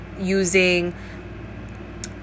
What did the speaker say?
using